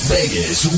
Vegas